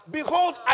Behold